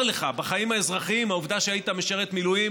לך בחיים האזרחיים העובדה שהיית משרת מילואים,